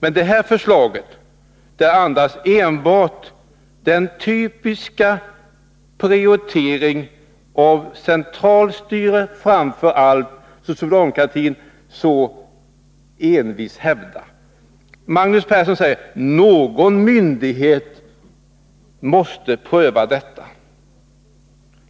Men det här förslaget andas enbart den typiska prioritering av centralstyrning som framför allt socialdemokratin så envist hävdar. Magnus Persson säger: Någon myndighet måste pröva detta.